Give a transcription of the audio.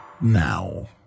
now